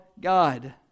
God